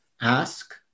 ask